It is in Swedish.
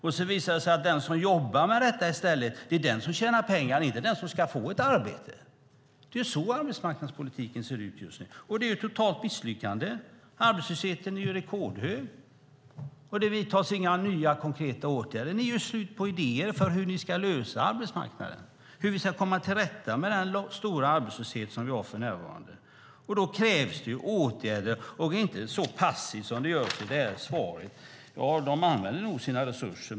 Sedan visar det sig att den som jobbar med detta i stället är den som tjänar pengar, inte den som ska få ett arbete. Det är så arbetsmarknadspolitiken ser ut just nu, och det är ett totalt misslyckande. Arbetslösheten är rekordhög, och det vidtas inga nya konkreta åtgärder. Ni har slut på idéer om hur vi ska lösa problemen på arbetsmarknaden och hur vi ska komma till rätta med den stora arbetslöshet som vi har för närvarande. Det krävs åtgärder. Det ska inte vara så passivt som det är i det här svaret. Ja, de använder nog sina resurser.